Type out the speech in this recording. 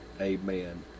amen